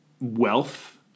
wealth